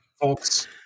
folks